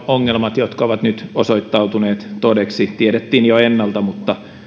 ongelmat jotka ovat nyt osoittautuneet todeksi tiedettiin jo ennalta mutta